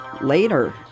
Later